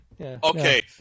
Okay